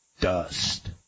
dust